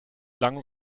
lange